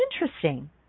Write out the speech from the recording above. interesting